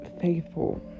faithful